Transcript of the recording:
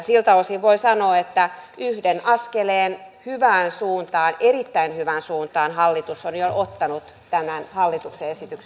siltä osin voin sanoa että yhden askeleen hyvään suuntaan erittäin hyvään suuntaan hallitus on jo ottanut tämän hallituksen esityksen muodossa